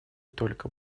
только